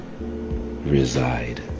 reside